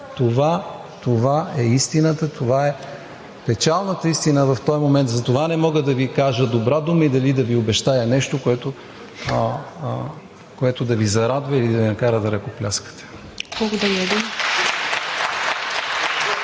Това е истината, това е печалната истина в този момент. Затова не мога да Ви кажа добра дума и дори да Ви обещая нещо, което да Ви зарадва или да Ви накара да ръкопляскате.